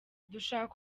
dushaka